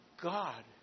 God